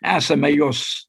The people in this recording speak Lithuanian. esame jos